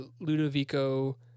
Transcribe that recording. Ludovico